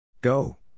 Go